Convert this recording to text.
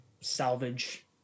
salvage